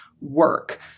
work